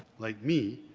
like me,